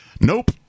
Nope